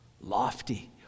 lofty